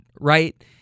right